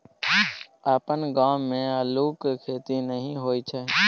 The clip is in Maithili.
अपन गाम मे अल्लुक खेती नहि होए छै